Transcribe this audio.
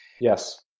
Yes